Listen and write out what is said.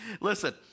listen